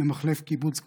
למחלף קיבוץ גלויות.